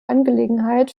angelegenheit